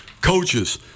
coaches